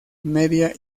media